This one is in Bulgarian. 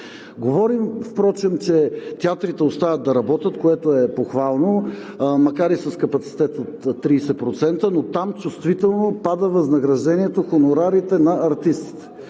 Говорим впрочем, че театрите остават да работят, което е похвално, макар и с капацитет от 30%, но там чувствително пада възнаграждението, хонорарите на артистите.